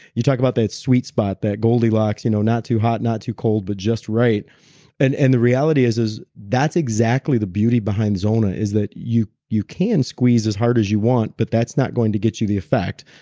you talk about that sweet spot that goldilocks you know not too hot, not too cold but just right and and the reality is, that's exactly the beauty behind zona is that, you you can squeeze as hard as you want, but that's not going to get you the effect.